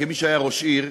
כמי שהיה ראש עיר,